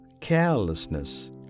carelessness